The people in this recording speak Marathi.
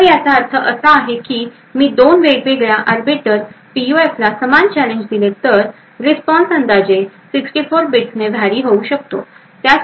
तर याचा अर्थ असा आहे की मी 2 वेगवेगळ्या आर्बिटर्स पीयूएफला समान चॅलेंज दिले तर रिस्पॉन्स अंदाजे 64 बिट्सने व्हेरी होऊ शकतो